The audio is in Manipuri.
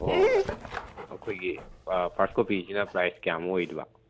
ꯍꯣꯍꯣꯏ ꯑꯈꯣꯏꯒꯤ ꯐꯥꯔꯁ ꯀꯣꯄꯤꯁꯤꯅ ꯄ꯭ꯔꯥꯏꯁ ꯀꯌꯥꯝꯃꯨꯛ ꯑꯣꯏꯗꯣꯏꯕ